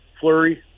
Flurry